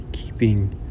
keeping